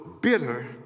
bitter